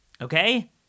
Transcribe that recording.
Okay